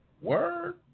Word